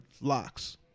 locks